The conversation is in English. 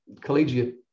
collegiate